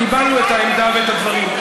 קיבלנו את העמדה ואת הדברים.